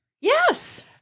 Yes